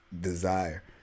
desire